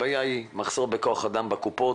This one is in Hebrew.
הבעיה היא מחסור בכח אדם בקופות?